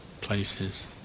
places